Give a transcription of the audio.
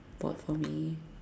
bought for me